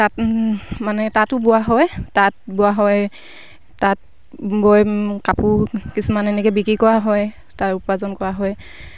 তাঁত মানে তাঁতো বোৱা হয় তাঁত বোৱা হয় তাঁত বৈ কাপোৰ কিছুমান এনেকে বিক্ৰী কৰা হয় তাৰ উপাৰ্জন কৰা হয়